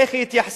איך היא התייחסה,